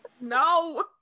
No